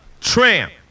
tramp